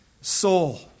soul